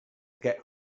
get